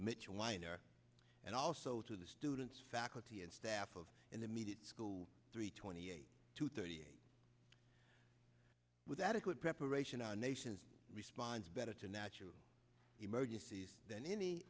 mitchell wiener and also to the students faculty and staff of an immediate school three twenty eight to thirty eight with adequate preparation our nation's responds better to natural emergencies than any